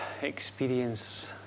experience